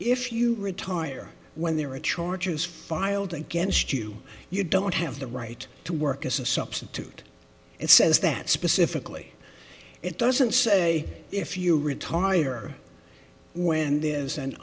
if you retire when there are charges filed against you you don't have the right to work as a substitute it says that specifically it doesn't say if you retire when there is an